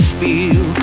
feel